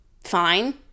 fine